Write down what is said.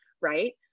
right